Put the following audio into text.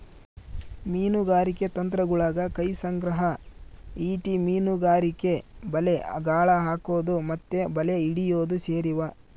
ಮೀನುಗಾರಿಕೆ ತಂತ್ರಗುಳಗ ಕೈ ಸಂಗ್ರಹ, ಈಟಿ ಮೀನುಗಾರಿಕೆ, ಬಲೆ, ಗಾಳ ಹಾಕೊದು ಮತ್ತೆ ಬಲೆ ಹಿಡಿಯೊದು ಸೇರಿವ